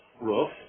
roof